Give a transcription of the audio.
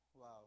wow